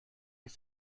نیز